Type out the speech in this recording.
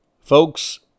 Folks